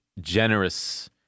generous